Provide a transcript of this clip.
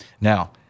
Now